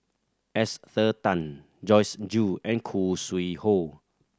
Esther Tan Joyce Jue and Khoo Sui Hoe